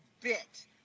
bit